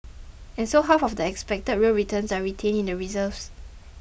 and so half of the expected real returns are retained in the reserves